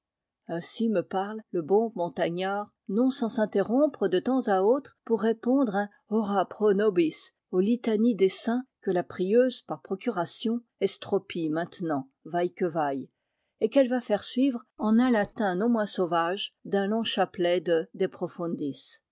ainsi me parle le bon montagnard non sans s'interrompre de temps à autre pour répondre un ora pro tobis aux litanies des saints que la prieuse par procuration estropie maintenant vaille que vaille et qu'elle va faire suivre en un latin non moins sauvage d'un long chapelet de de